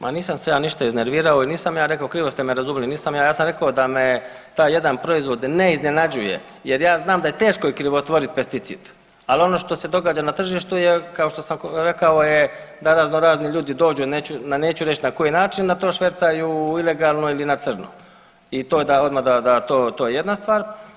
Ma nisam se ja ništa iznervirao i nisam ja rekao, krivo ste me razumjeli, nisam ja, ja sam rekao da me taj jedan proizvod ne iznenađuje jer ja znam da je teško i krivotvorit pesticid, al ono što se događa na tržištu je kao što sam rekao je da razno razni ljudi dođu neću, neću reć na koji način, da to švercaju ilegalno ili na crno i to je da, odma da, da to, to je jedna stvar.